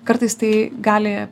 kartais tai gali